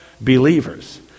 believers